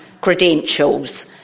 credentials